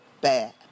bad